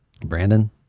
Brandon